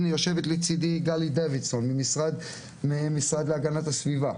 יושבת לצדי גלי דוידסון מהמשרד להגנת הסביבה,